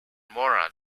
moran